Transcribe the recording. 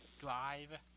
Drive